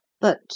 But